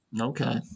Okay